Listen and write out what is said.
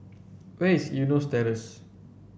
where is Eunos Terrace